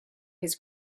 his